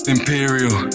Imperial